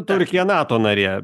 turkija nato narė